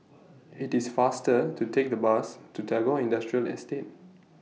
IT IS faster to Take The Bus to Tagore Industrial Estate